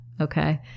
okay